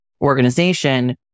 organization